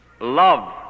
love